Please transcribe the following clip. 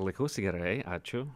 laikausi gerai ačiū